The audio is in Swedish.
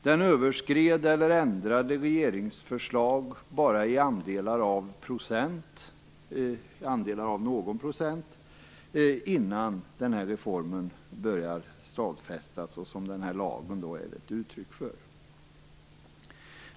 Den överskred eller ändrade regeringsförslag bara i andelar av någon procent innan den här reformen börjar stadfästas och som den här lagen är ett uttryck för.